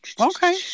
okay